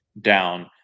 down